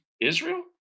Israel